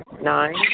Nine